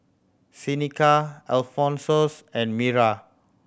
Seneca Alphonsus and Mira